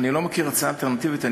אני לא מכיר הצעה אלטרנטיבית.